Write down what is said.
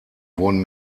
wurden